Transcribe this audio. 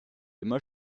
immer